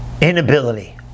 Inability